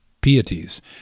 pieties